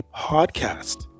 podcast